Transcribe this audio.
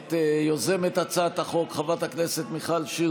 את יוזמת הצעת החוק חברת הכנסת מיכל שיר